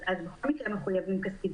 אז בכל מקרה הם מחויבים כספית,